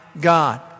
God